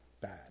bad